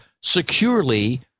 securely